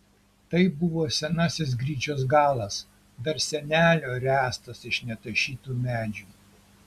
tai buvo senasis gryčios galas dar senelio ręstas iš netašytų medžių